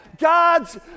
God's